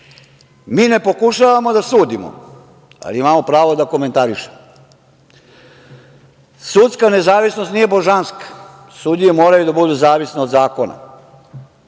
ne pokušavamo da sudimo, ali imamo pravo da komentarišemo. Sudska nezavisnost nije božanska, sudije moraju da budu zavisne od zakona,